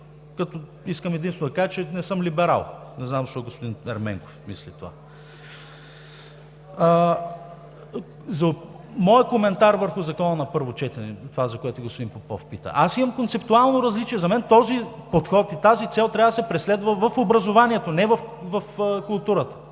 Искам единствено да кажа, че не съм либерал, не знам защо господин Ерменков мисли това. За моя коментар върху Закона на първо четене, това е, за което господин Попов пита. Аз имам концептуално различие и за мен този подход и тази цел трябва да се преследва в образованието, а не в културата.